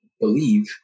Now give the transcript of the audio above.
believe